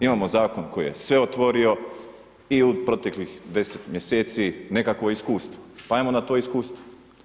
Imamo zakon koji je sve otvorio i u proteklih deset mjeseci nekakvo iskustvo, pa ajmo na to iskustvo.